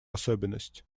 особенность